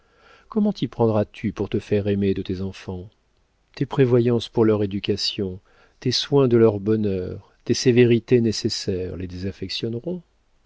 t'y prendras-tu pour te faire aimer de tes enfants tes prévoyances pour leur éducation tes soins de leur bonheur tes sévérités nécessaires les désaffectionneront